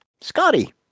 Scotty